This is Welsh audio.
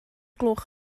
gloch